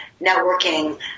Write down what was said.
networking